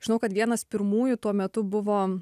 žinau kad vienas pirmųjų tuo metu buvo